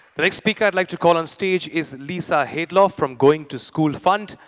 next speaker i'd like to call onstage is lisa heydlauff from going to school fund.